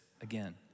again